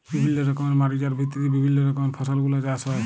বিভিল্য রকমের মাটি যার ভিত্তিতে বিভিল্য রকমের ফসল গুলা চাষ হ্যয়ে